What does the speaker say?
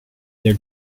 their